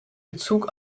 bezug